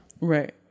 Right